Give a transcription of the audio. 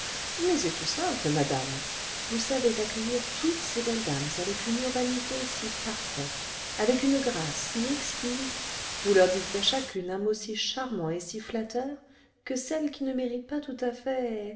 mais c'est tout simple madame vous savez accueillir toutes ces belles dames avec une urbanité si parfaite avec une grâce si exquise vous leur dites à chacune un mot si charmant et si flatteur que celles qui ne méritent pas tout à fait